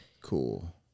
cool